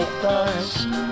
thoughts